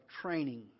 training